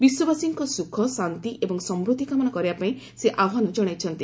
ବିଶ୍ୱବାସୀଙ୍କ ସୁଖ ଶାନ୍ତି ଏବଂ ସମୃଦ୍ଧି କାମନା କରିବା ପାଇଁ ଆହ୍ୱାନ ଜଣାଇଛନ୍ତି